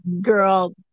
Girl